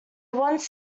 once